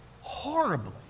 horribly